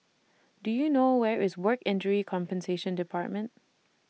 Do YOU know Where IS Work Injury Compensation department